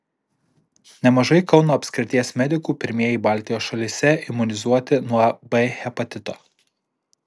nemažai kauno apskrities medikų pirmieji baltijos šalyse imunizuoti nuo b hepatito